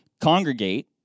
congregate